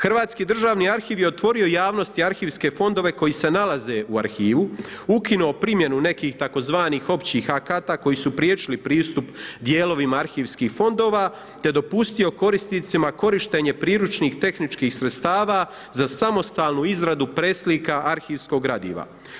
Hrvatski državni arhiv je otvorio javnosti arhivske fondove koji se nalaze u arhivu, ukinuo primjenu nekih tzv. općih akata koji su priječili pristup dijelovima arhivskih fondova te dopustio korisnicima korištenje priručnih tehničkih sredstava za samostalnu izradu preslika arhivskog gradiva.